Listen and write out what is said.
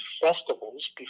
festivals